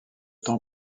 temps